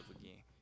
again